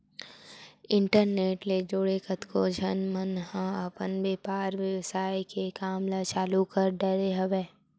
internet ले जुड़के कतको झन मन ह अपन बेपार बेवसाय के काम ल चालु कर डरे हवय